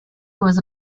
was